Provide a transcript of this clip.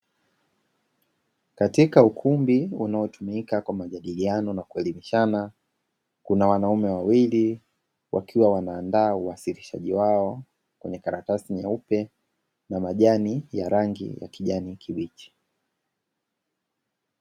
Katika ukumbi unaotumika kwa majadiliano na kuelimishana kuna wanaume wawili wakiwa wanaandaa uwasilishaji wao kwenye karatasi nyeupe na majani ya rangi ya kijani kibichi.